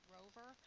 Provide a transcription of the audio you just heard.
Rover